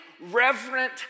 reverent